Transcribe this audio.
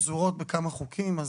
פזורות בכמה חוקים.